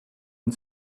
and